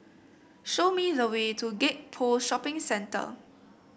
show me the way to Gek Poh Shopping Centre